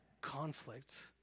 conflict